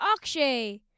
Akshay